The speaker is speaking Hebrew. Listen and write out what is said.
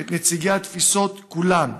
את נציגי התפיסות כולן.